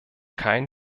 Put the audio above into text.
kein